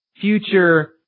future